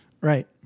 Right